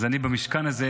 אז אני במשכן הזה,